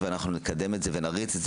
ונקדם את זה ונריץ,